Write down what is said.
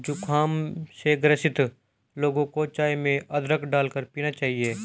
जुखाम से ग्रसित लोगों को चाय में अदरक डालकर पीना चाहिए